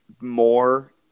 more